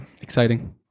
Exciting